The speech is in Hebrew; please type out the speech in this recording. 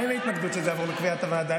אין לי התנגדות שזה יעבור לקביעת הוועדה.